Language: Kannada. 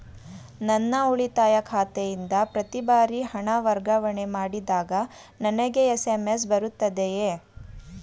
ನನ್ನ ಉಳಿತಾಯ ಖಾತೆಯಿಂದ ಪ್ರತಿ ಬಾರಿ ಹಣ ವರ್ಗಾವಣೆ ಮಾಡಿದಾಗ ನನಗೆ ಎಸ್.ಎಂ.ಎಸ್ ಬರುತ್ತದೆಯೇ?